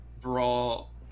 Brawl